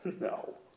No